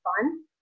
fun